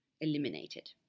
eliminated